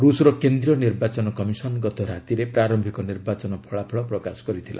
ରୁଷର କେନ୍ଦ୍ରୀୟ ନିର୍ବାଚନ କମିଶନ୍ ଗତ ରାତିରେ ପ୍ରାର୍ୟିକ ନିର୍ବାଚନ ଫଳାଫଳ ପ୍ରକାଶ କରିଥିଲା